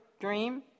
dream